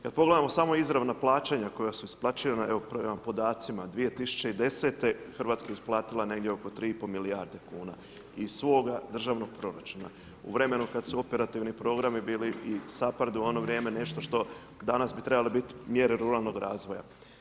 Kad pogledamo samo izravna plaćanja koja su isplaćivana, evo prema podacima 2010., Hrvatska je isplatila negdje oko 3,5 milijarde kuna iz svoga državnog proračuna u vremenu kad su operativni programi bili i ... u ono vrijeme nešto što danas bi trebale biti mjere ruralnog razvoja.